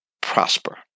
prosper